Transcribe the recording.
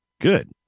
Good